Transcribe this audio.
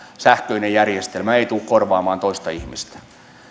sähköinen järjestelmä ei tule korvaamaan toista ihmistä